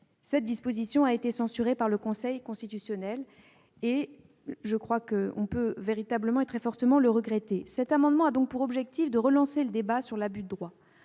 cette disposition a été censurée par le Conseil constitutionnel, ce que l'on peut très fortement regretter. Cet amendement a pour objet de relancer le débat sur l'abus de droit,